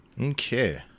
Okay